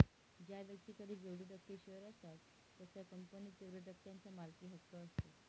ज्या व्यक्तीकडे जेवढे टक्के शेअर असतात त्याचा कंपनीत तेवढया टक्क्यांचा मालकी हक्क असतो